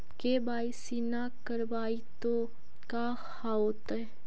KYC न करवाई तो का हाओतै?